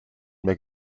mehr